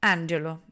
Angelo